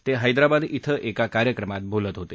ते हैदराबाद शि एका कार्यक्रमात बोलत होते